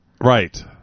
Right